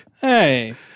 Hey